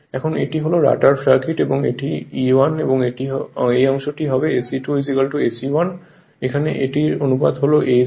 এখন এটি হল রোটর সার্কিট এটি E1 এই অংশটি হবে SE2 SE1 এখানে এটির অনুপাত হল a 1 n